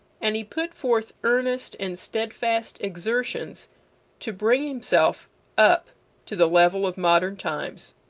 and he put forth earnest and steadfast exertions to bring himself up to the level of modern times.